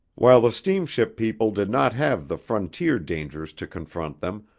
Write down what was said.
while the steamship people did not have the frontier dangers to confront them,